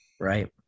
right